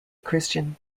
christian